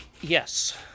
Yes